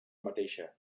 mateixa